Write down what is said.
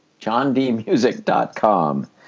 johndmusic.com